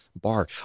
bar